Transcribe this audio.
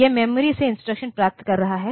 यह मेमोरी से इंस्ट्रक्शन प्राप्त कर रहा है